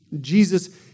Jesus